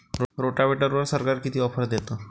रोटावेटरवर सरकार किती ऑफर देतं?